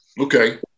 Okay